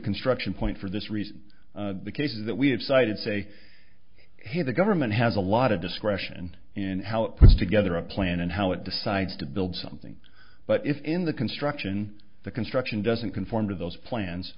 construction point for this reason the cases that we have cited say hey the government has a lot of discretion in how it puts together a plan and how it decides to build something but if in the construction the construction doesn't conform to those plans